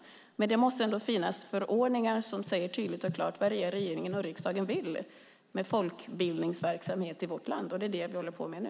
Det måste ändå finnas förordningar som säger tydligt och klart vad regering och riksdag vill med folkbildningsverksamhet i vårt land. Det är det vi håller på med nu.